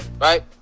right